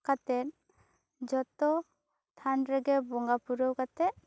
ᱠᱟᱛᱮᱫ ᱡᱚᱛᱚ ᱛᱷᱟᱱ ᱨᱮᱜᱮ ᱵᱚᱸᱜᱟ ᱯᱩᱨᱟᱹᱣ ᱠᱟᱛᱮᱫ